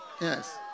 Yes